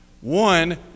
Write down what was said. One